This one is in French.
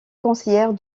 conseillère